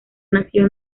nació